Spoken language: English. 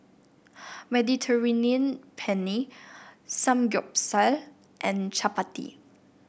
Mediterranean Penne Samgyeopsal and Chapati